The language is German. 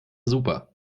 super